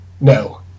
No